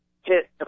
hit